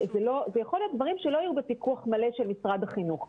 אלה יכולים להיות דברים שלא היו בפיקוח מלא של משרד החינוך.